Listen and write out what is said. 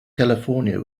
california